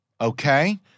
Okay